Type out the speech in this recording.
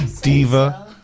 diva